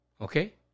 Okay